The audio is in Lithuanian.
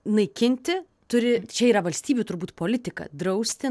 naikinti turi čia yra valstybių turbūt politika drausti